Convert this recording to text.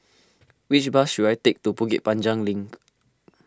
which bus should I take to Bukit Panjang Link